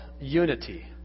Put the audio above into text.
unity